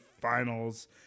finals